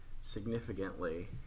significantly